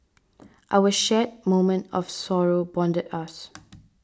our shared moment of sorrow bonded us